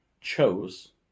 chose